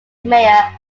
mayor